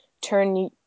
turn